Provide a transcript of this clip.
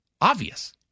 obvious